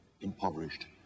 impoverished